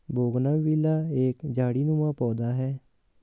bougainvillea एक झाड़ीनुमा पौधा है